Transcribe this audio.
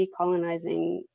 decolonizing